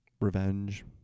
Revenge